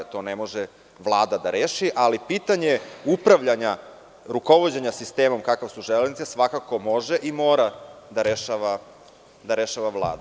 To ne može Vlada da reši, ali pitanje upravljanja rukovođenja sistemom kakve su „Železnice“ svakako može i mora da rešava Vlada.